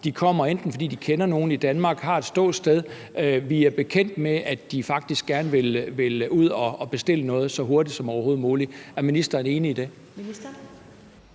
De kommer bl.a., fordi de kender nogen i Danmark og har et ståsted her. Vi er bekendt med, at de faktisk gerne vil ud og bestille noget så hurtigt som muligt. Er ministeren enig i det?